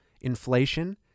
inflation